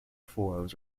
forms